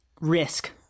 risk